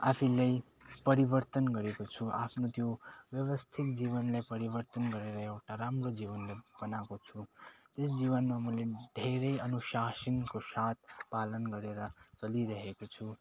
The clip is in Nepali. आफैलाई परिवर्तन गरेको छु आफ्नो त्यो व्यवस्थित जीवनलाई परिवर्तन गरेर एउटा राम्रो जीवनले बनाएको छु त्यस जीवनमा मैले धेरै अनुशासनको साथ पालन गरेर चलिरहेको छु